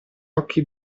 occhi